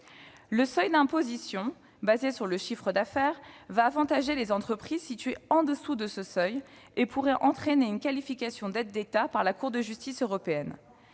Le seuil d'imposition fondé sur le chiffre d'affaires avantagera les entreprises situées au-dessous de ce seuil et pourrait entraîner une qualification d'aide d'État par la Cour de justice de